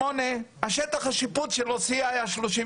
ב-1948 שטח השיפוט של עוספיה היה שלושים